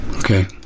Okay